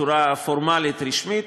בצורה פורמלית רשמית,